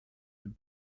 dem